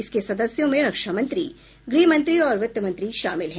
इसके सदस्यों में रक्षा मंत्री गृह मंत्री और वित्त मंत्री शामिल हैं